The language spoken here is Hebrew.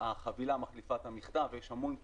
החבילה מחליפה את המכתב, ויש המון פניות.